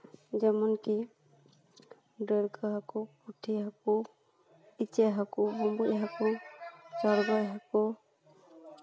ᱡᱮᱢᱚᱱ ᱠᱤ ᱰᱟᱹᱲᱠᱟᱹ ᱦᱟᱠᱳ ᱯᱩᱴᱷᱤ ᱦᱟᱠᱳ ᱤᱪᱟᱹᱜ ᱦᱟᱠᱳ ᱵᱩᱢᱵᱩᱡ ᱦᱟᱠᱳ ᱪᱚᱲᱜᱚᱡ ᱦᱟᱠᱳ